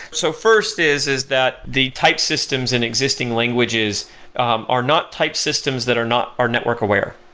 so first is is that the type systems and existing languages um are not type systems that are not are network aware.